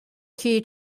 key